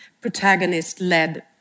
protagonist-led